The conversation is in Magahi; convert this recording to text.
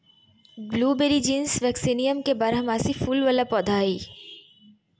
ब्लूबेरी जीनस वेक्सीनियम के बारहमासी फूल वला पौधा हइ